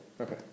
Okay